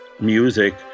music